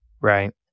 Right